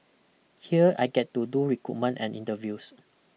here I get to do recruitment and interviews